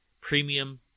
premium